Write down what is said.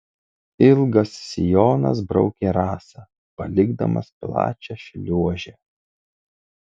ilgas sijonas braukė rasą palikdamas plačią šliuožę